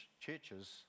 churches